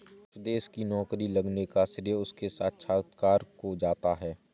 सुदेश की नौकरी लगने का श्रेय उसके साक्षात्कार को जाता है